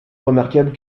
remarquable